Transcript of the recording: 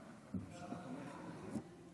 חבריי חברי הכנסת,